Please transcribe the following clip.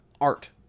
art